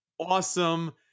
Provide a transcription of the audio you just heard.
awesome